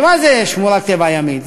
כי מה זה שמורת טבע ימית?